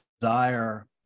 desire